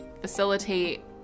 facilitate